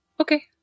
Okay